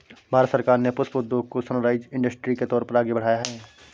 भारत सरकार ने पुष्प उद्योग को सनराइज इंडस्ट्री के तौर पर आगे बढ़ाया है